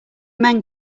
men